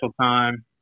time